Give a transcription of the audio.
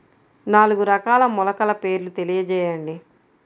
నాలుగు రకాల మొలకల పేర్లు తెలియజేయండి?